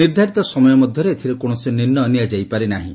ନିର୍ଦ୍ଧାରିତ ସମୟ ମଧ୍ୟରେ ଏଥିରେ କୌଣସି ନିର୍ଣ୍ଣୟ ନିଆଯାଇ ପାରିନାହିଁ